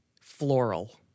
Floral